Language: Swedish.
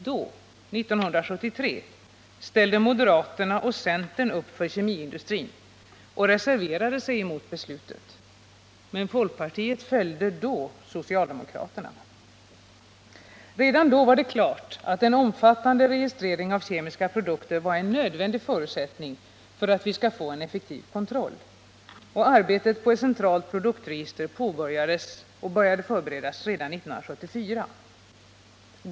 Då — 1973 - ställde moderaterna och centern upp för kemiindustrin och reserverade sig mot beslutet. Men folkpartiet följde då socialdemokraterna. Redan då var det klart att en omfattande registrering av kemiska produkter var en nödvändig förutsättning för att vi skall få en effektiv kontroll. Arbetet på ett centralt produktregister började förberedas 1974.